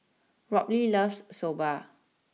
Robley loves Soba